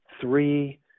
three